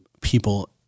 people